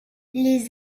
les